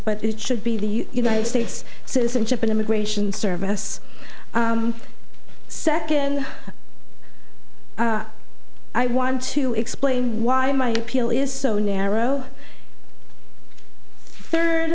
but it should be the united states citizenship and immigration service second i want to explain why my appeal is so narrow